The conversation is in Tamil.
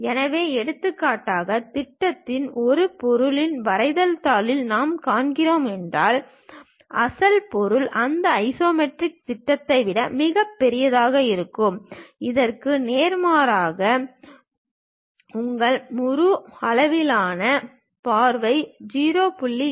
எனவே எடுத்துக்காட்டாக திட்டத்தில் இந்த பொருளின் வரைதல் தாளில் நான் காண்கிறேன் என்றால் அசல் பொருள் அந்த ஐசோமெட்ரிக் திட்டத்தை விட மிகப் பெரியதாக இருக்கும் இதற்கு நேர்மாறாக உங்கள் முழு அளவிலான பார்வை 0